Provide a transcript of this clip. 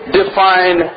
define